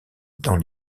dans